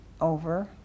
Over